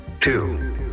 two